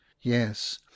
yes